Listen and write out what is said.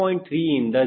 3 ಇಂದ 0